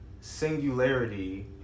singularity